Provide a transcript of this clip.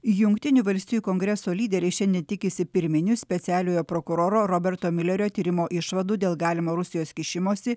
jungtinių valstijų kongreso lyderiai šiandien tikisi pirminių specialiojo prokuroro roberto miulerio tyrimo išvadų dėl galimo rusijos kišimosi